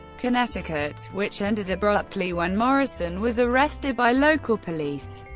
connecticut, which ended abruptly when morrison was arrested by local police.